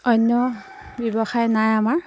অন্য ব্যৱসায় নাই আমাৰ